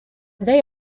they